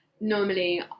normally